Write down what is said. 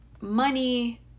money